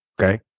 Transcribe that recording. Okay